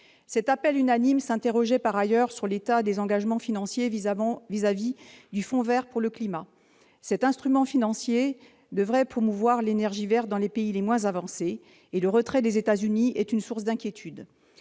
cet appel unanime s'interrogeaient par ailleurs sur la tenue des engagements financiers à l'égard du Fonds vert pour le climat. Cet instrument financier devait promouvoir l'énergie verte dans les pays les moins avancés ; le retrait des États-Unis est une source d'inquiétude.